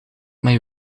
mij